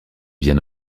bien